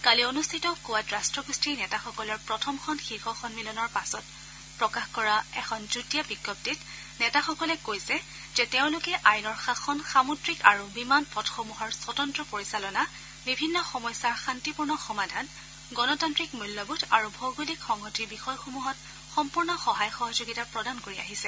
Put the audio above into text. কালি অনুষ্ঠিত কোৱাড ৰাট্টগোষ্ঠীৰ নেতাসকলৰ প্ৰথমখন শীৰ্য সন্মিলনৰ পাছত প্ৰকাশ কৰা এখন যুটীয়া বিজ্ঞপ্তিত নেতাসকলে কৈছে যে তেওঁলোকে আইনৰ শাসন সামুদ্ৰিক আৰু বিমান পথসমূহৰ স্বতন্ত্ৰ পৰিচালনা বিভিন্ন সমস্যাৰ শান্তিপূৰ্ণ সমাধান গণতান্ত্ৰিক মূল্যবোধ আৰু ভৌগলিক সংহতিৰ বিষয়সমূহত সম্পূৰ্ণ সহায় সহযোগিতা প্ৰদান কৰি আহিছে